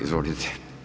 Izvolite.